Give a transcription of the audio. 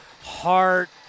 heart